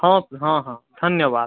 ହଁ ହଁ ଧନ୍ୟବାଦ